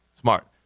smart